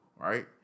right